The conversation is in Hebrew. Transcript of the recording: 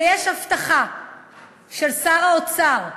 ויש הבטחה של שר האוצר,